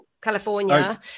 California